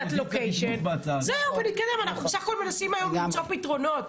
אנחנו בסך הכול מנסים היום למצוא פתרונות